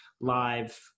live